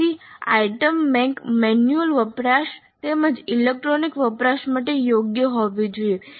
તેથી item bank manual વપરાશ તેમજ ઇલેક્ટ્રોનિક વપરાશ માટે યોગ્ય હોવી જોઈએ